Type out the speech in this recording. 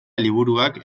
liburuak